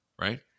right